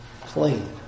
clean